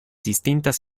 distintas